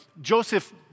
Joseph